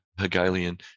Hegelian